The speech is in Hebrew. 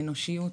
האנושיות,